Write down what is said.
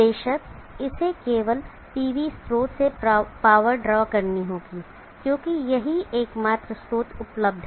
बेशक इसे केवल PV स्रोत से पावर ड्रॉ करनी होगी क्योंकि यही एकमात्र स्रोत उपलब्ध है